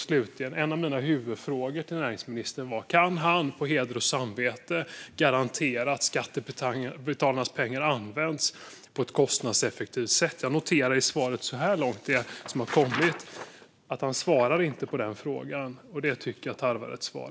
Slutligen var en av mina huvudfrågor till näringsministern: Kan han på heder och samvete garantera att skattebetalarnas pengar används på ett kostnadseffektivt sätt? Jag noterar att han inte svarar på den frågan i sitt svar. Det tycker jag tarvar ett svar.